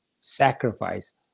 sacrifice